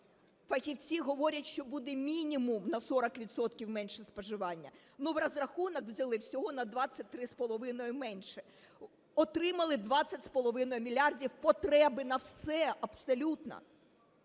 фахівці говорять, що буде мінімум на 40 відсотків менше споживання. Ну в розрахунок взяли всього на 23,5 менше, отримали 20,5 мільярдів потреби на все абсолютно.